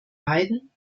leiden